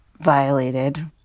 violated